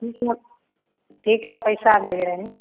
ठीक है हम ठीक है पैसा दे दे रहे हैं